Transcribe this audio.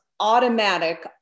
automatic